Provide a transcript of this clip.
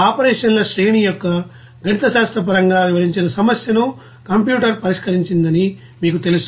ఆ ఆపరేషన్ల శ్రేణి యొక్క గణితశాస్త్రపరంగా వివరించిన సమస్యను కంప్యూటర్ పరిష్కరించిందని మీకు తెలుసు